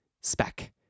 spec